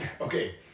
okay